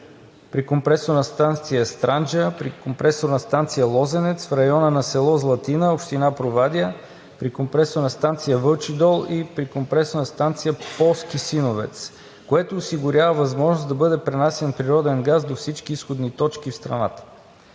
при компресорна станция „Странджа“; при компресорна станция „Лозенец“; в района на село Златина, община Провадия; при компресорна станция „Вълчи дол“ и при компресорна станция „Полски Сеновец“, което осигурява възможност да бъде пренасян природен газ до всички изходни точки в страната.